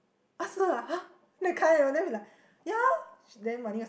ask her ah !huh! that kind you know then we like ya then Wan-Ning was like